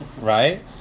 right